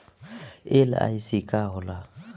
LIC का होला?